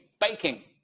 baking